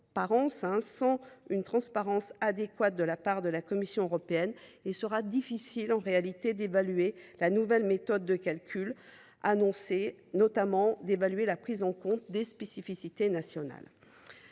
Sans une transparence adéquate de la part de la Commission européenne, il sera difficile d’évaluer la nouvelle méthode de calcul annoncée, notamment en ce qui concerne la prise en compte des spécificités nationales.